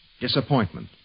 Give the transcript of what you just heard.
disappointment